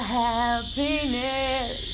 happiness